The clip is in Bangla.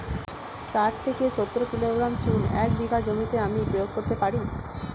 শাঠ থেকে সত্তর কিলোগ্রাম চুন এক বিঘা জমিতে আমি প্রয়োগ করতে পারি?